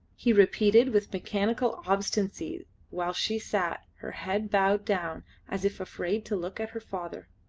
he repeated with mechanical obstinacy while she sat, her head bowed down as if afraid to look at her father.